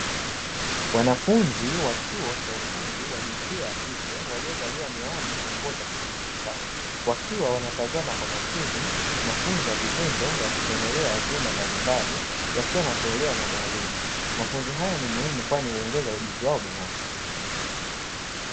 Wanafunzi wa chuo cha ufundi wa jinsia ya kike, waliovaliwa miwani na nguo za kujikinga, wakiwa wanatazama kwa makini mafunzo ya vitendo ya kuchomelea vyuma mbalimbali, yakiwa yanatolewa na mwalimu. Mafunzo haya ni muhimu kwani huongeza ujuzi wao binafsi.